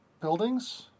buildings